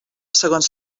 segons